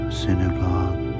synagogue